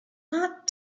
not